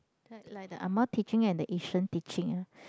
that like the ah-ma teaching and the Asian teaching ah